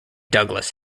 douglas